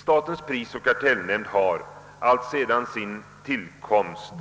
Statens prisoch kartellnämnd har alltsedan sin tillkomst